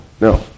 no